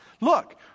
look